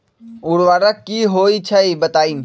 उर्वरक की होई छई बताई?